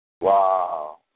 Wow